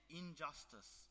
injustice